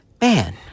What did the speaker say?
man